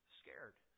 scared